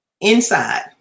inside